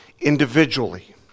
individually